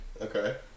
Okay